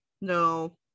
no